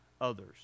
others